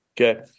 Okay